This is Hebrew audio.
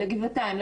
לגבעתיים,